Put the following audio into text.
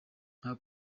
nka